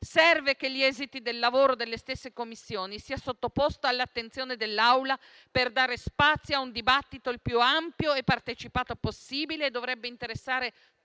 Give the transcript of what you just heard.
Serve che gli esiti del lavoro delle stesse Commissioni siano sottoposti all'attenzione dell'Assemblea per dare spazio a un dibattito il più ampio e partecipato possibile, che dovrebbe interessare